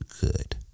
good